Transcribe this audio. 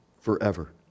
forever